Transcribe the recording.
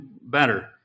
better